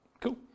Cool